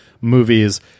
movies